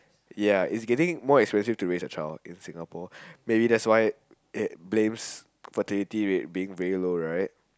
ya it's getting more expensive to raise a child in Singapore maybe that's why it blames fertility rate being very low right